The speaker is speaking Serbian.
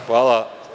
Hvala.